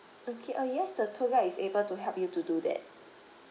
okay uh yes the tour guide is able to help you to do that